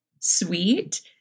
Sweet